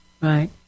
right